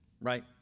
right